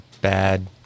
bad